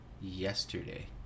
yesterday